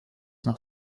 nach